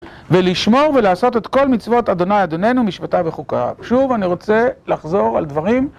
ולשמור ולעשות את כל מצוות אדוני אדוננו משבטיו וחוקיו שוב אני רוצה לחזור על דברים